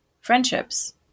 friendships